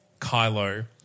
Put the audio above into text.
Kylo